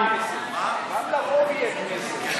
תקרא את החוק הבין-לאומי גם.